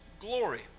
glory